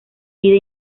vida